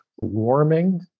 warming